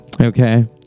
okay